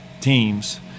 teams